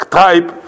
type